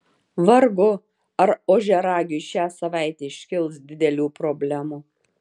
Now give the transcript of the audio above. vargu ar ožiaragiui šią savaitę iškils didelių problemų